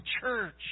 church